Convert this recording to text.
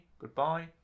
goodbye